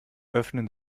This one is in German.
öffnen